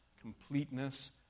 completeness